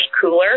cooler